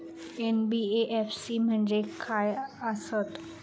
NBFC म्हणजे खाय आसत?